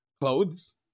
Clothes